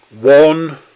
one